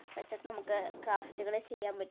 വച്ചിട്ട് നമുക്ക് ക്രാഫ്റ്റുകൾ ചെയ്യാൻ പറ്റും